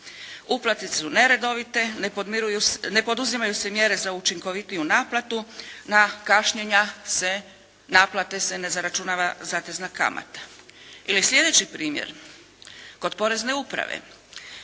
Uplate su neredovite, ne poduzimaju se mjere za učinkovitiju naplatu, na kašnjenja se, naplate se ne zaračunava zatezna kamata. Ili sljedeći primjer. Kod porezne uprave.